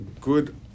good